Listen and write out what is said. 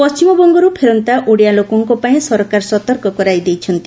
ପଣିମବଙ୍ଗର୍ ଫେରନ୍ତା ଓଡିଆ ଲୋକଙ୍କ ପାଣି ସରକାର ସତର୍କ କରାଇଛନ୍ତି